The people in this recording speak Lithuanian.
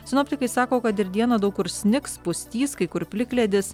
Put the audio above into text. sinoptikai sako kad ir dieną daug kur snigs pustys kai kur plikledis